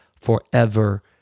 forever